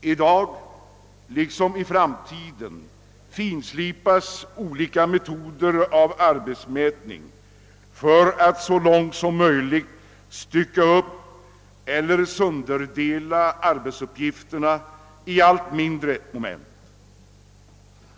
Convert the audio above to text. I dag liksom i framtiden finslipas olika metoder av arbetsmätning för att så långt som möjligt stycka upp eller sönderdela arbetsuppgifterna i allt mindre moment.